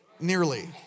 nearly